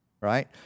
right